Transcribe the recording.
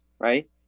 right